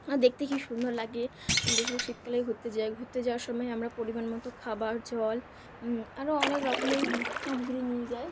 আর দেখতে খুব সুন্দর লাগে বেশিরভাগ শীতকালেই ঘুরতে যাই ঘুরতে যাওয়ার সময় আমরা পরিমাণ মতো খাবার জল আরও অনেক রকমের সামগ্রী নিয়ে যাই